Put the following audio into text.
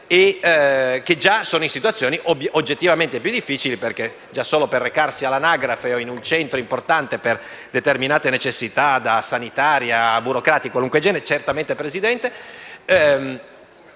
tasse. Già sono in situazioni oggettivamente più difficili, perché anche solo per recarsi all'anagrafe o in un centro importante per determinate necessità, da sanitarie a burocratiche o di qualunque genere, sono già